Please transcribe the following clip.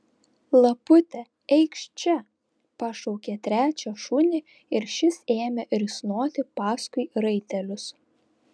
lapute eikš čia pašaukė trečią šunį ir šis ėmė risnoti paskui raitelius